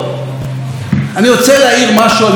אני רוצה להעיר משהו על נאומו של ראש הממשלה,